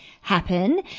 happen